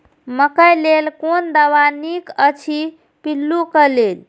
मकैय लेल कोन दवा निक अछि पिल्लू क लेल?